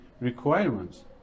requirements